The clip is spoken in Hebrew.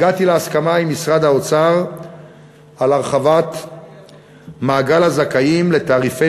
הגעתי להסכמה עם משרד האוצר על הרחבת מעגל הזכאים לתעריפי